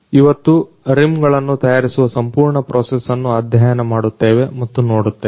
ಇವತ್ತು ರಿಮ್ ಗಳನ್ನು ತಯಾರಿಸುವ ಸಂಪೂರ್ಣ ಪ್ರೊಸೆಸ್ ಅನ್ನು ಅಧ್ಯಯನ ಮಾಡುತ್ತೇವೆ ಮತ್ತು ನೋಡುತ್ತೇವೆ